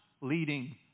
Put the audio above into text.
leading